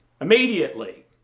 immediately